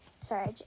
Sorry